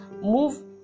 move